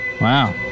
Wow